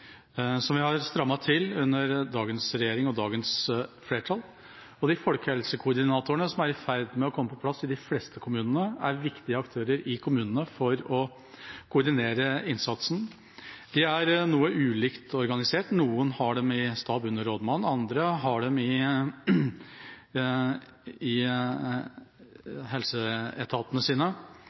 noe vi har strammet til under dagens regjering og dagens flertall. Og de folkehelsekoordinatorene som er i ferd med å komme på plass i de fleste kommunene, er viktige aktører for å koordinere innsatsen. Det er noe ulikt organisert, noen har dem i stab under rådmannen, andre har dem i helseetatene sine.